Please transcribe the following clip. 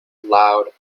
loud